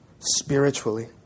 Spiritually